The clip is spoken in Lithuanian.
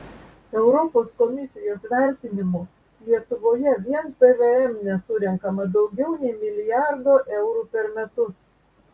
europos komisijos vertinimu lietuvoje vien pvm nesurenkama daugiau nei milijardo eurų per metus